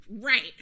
right